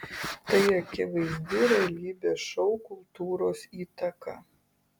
tai akivaizdi realybės šou kultūros įtaka